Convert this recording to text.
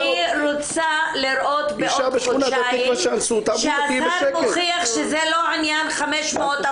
אני רוצה לראות בעוד חודשיים שהשר מוכיח שזה לא עניין 500,000